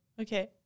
Okay